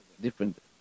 different